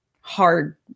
hard